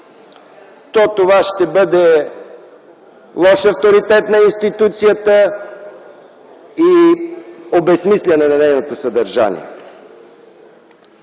там, това ще бъде лош авторитет на институцията и обезсмисляне на нейното съдържание.